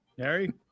Harry